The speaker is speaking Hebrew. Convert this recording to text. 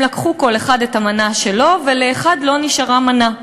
הם לקחו כל אחד את המנה שלו, ולאחד לא נשארה מנה.